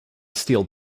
steel